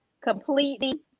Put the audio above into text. completely